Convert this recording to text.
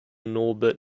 norbert